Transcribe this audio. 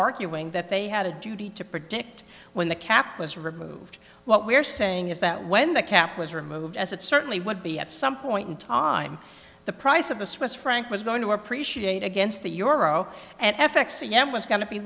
arguing that they had a duty to predict when the cap was removed what we're saying is that when the cap was removed as it certainly would be at some point in time the price of a swiss franc was going to appreciate against the euro and f x yen was going to be